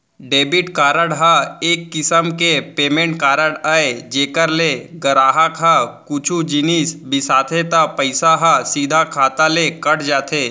debit card ह एक किसम के पेमेंट कारड अय जेकर ले गराहक ह कुछु जिनिस बिसाथे त पइसा ह सीधा खाता ले कट जाथे